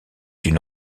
une